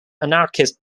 anarchist